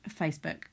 facebook